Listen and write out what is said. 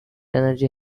energy